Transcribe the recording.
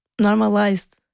normalized